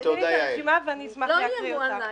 תני לי את הרשימה ואני אשמח להקריא אותה.